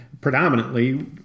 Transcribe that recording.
predominantly